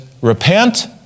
repent